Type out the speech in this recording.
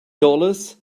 dollars